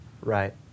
Right